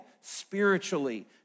spiritually